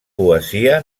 poesia